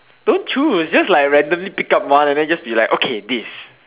don't choose just like randomly pick up one and then just be like okay this